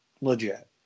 Legit